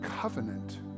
covenant